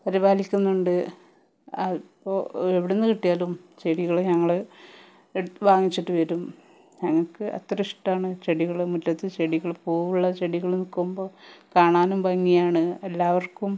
പരിപാലിക്കുന്നുണ്ട് അപ്പോൾ എവിടുന്നു കിട്ടിയാലും ചെടികള് ഞങ്ങള് വാങ്ങിച്ചിട്ട് വരും ഞങ്ങൾക്ക് അത്ര ഇഷ്ടമാണ് ചെടികളും മുറ്റത്ത് ചെടികള് പൂ ഉള്ള ചെടികള് നിൽക്കുമ്പോൾ കാണാനും ഭംഗിയാണ് എല്ലാവര്ക്കും